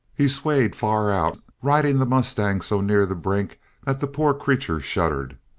he swayed far out, riding the mustang so near the brink that the poor creature shuddered.